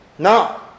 Now